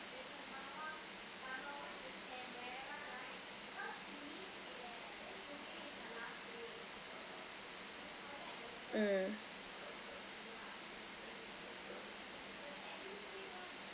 mm